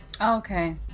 Okay